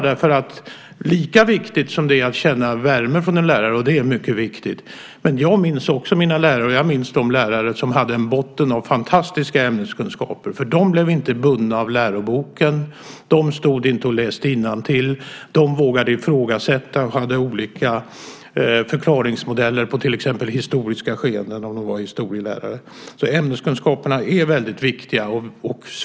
Det är mycket viktigt att känna värme från en lärare. Men jag minns också mina lärare, och jag minns de lärare som hade en botten av fantastiska ämneskunskaper. De var inte bundna av läroboken. De stod inte och läste innantill. De vågade ifrågasätta och hade olika förklaringsmodeller på till exempel historiska skeenden om de var historielärare. Ämneskunskaperna är alltså väldigt viktiga.